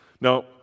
Now